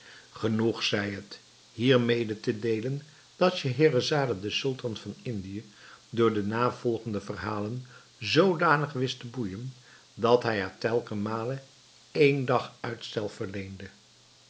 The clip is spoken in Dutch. genoeg zij het hier mede te deelen dat scheherazade den sultan van indië door de navolgende verhalen zoodanig wist te boeijen dat hij haar telken male één dag uitstel verleende